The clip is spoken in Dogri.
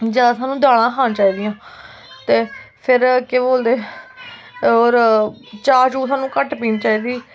ज्यादा सानू दालां गै खानी चाहिदियां ते फिर केह् बोलदे होर चाह् चू सानू घट्ट पीनी चाहिदी